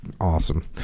Awesome